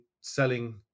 selling